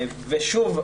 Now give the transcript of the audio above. שוב,